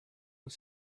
was